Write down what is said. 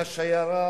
והשיירה,